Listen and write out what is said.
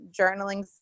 journaling